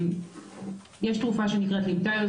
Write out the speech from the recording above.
יש תרופה שנקראת ליפטיור,